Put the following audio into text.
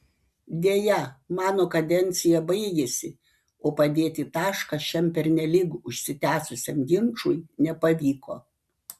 deja mano kadencija baigėsi o padėti tašką šiam pernelyg užsitęsusiam ginčui nepavyko